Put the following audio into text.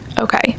Okay